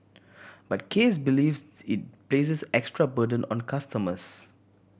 but Case believes it places extra burden on customers